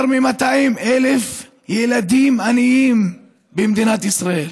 יותר מ-200,000 ילדים עניים במדינת ישראל.